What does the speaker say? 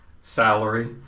salary